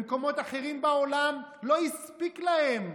במקומות אחרים בעולם לא הספיקו להם,